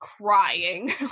crying